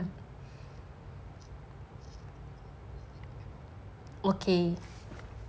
okay